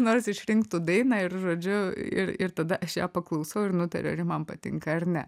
nors išrinktų dainą ir žodžiu ir ir tada aš ją paklusau ir nutariu ar ji man patinka ar ne